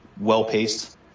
well-paced